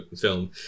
film